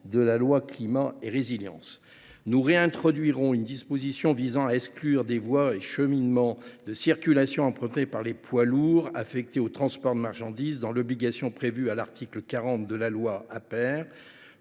dite loi Climat et Résilience. Nous réintroduirons une disposition visant à exclure les voies et cheminements de circulation empruntés par les poids lourds affectés au transport de marchandises de l’obligation prévue à l’article 40 de la loi Aper.